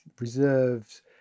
reserves